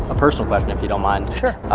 a personal question if you don't mind. sure.